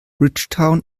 bridgetown